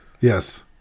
Yes